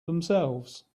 themselves